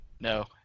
No